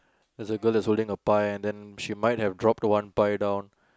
there's a girl that's holding a pie then she might have drop one pie down